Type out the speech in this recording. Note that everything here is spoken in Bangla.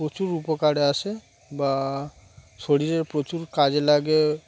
প্রচুর উপকারে আসে বা শরীরে প্রচুর কাজে লাগে